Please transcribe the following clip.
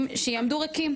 במבנים שיעמדו ריקים,